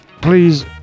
Please